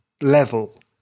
level